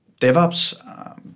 DevOps